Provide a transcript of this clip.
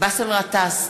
באסל גטאס,